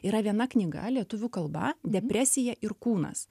yra viena knyga lietuvių kalba depresija ir kūnas